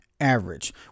average